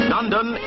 London